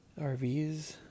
RVs